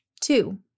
Two